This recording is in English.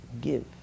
give